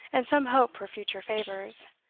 and some hope for future favours,